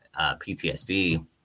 PTSD